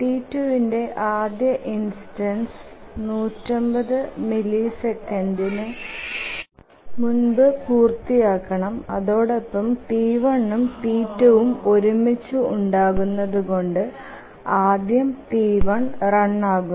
T2വിന്ടെ ആദ്യ ഇൻസ്റ്റൻസ് 150 മില്ലിസെക്കന്റിനു മുൻപ് പൂര്തിയാകണം അതോടൊപ്പം T1ഉം T2ഉം ഒരുമിച്ചു ഉണ്ടാകുന്നതു കൊണ്ട് ആദ്യം T1 റൺ ആകുന്നു